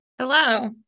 Hello